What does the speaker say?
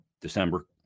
December